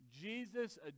Jesus